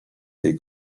tej